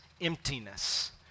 emptiness